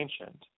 ancient